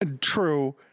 True